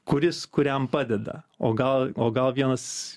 kuris kuriam padeda o gal o gal vienas